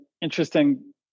interesting